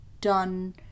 done